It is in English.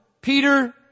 Peter